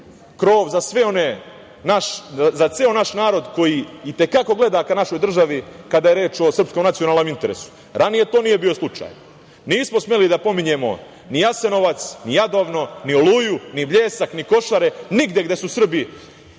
krov za ceo naš narod koji i te kako gleda ka našoj državi kada je reč o srpskom nacionalnom interesu. Ranije to nije bio slučaj, nismo smeli da pominjemo ni Jasenovac, ni Jadovno, ni Oluju, ni Bljesak, ni Košare, nigde gde su Srbi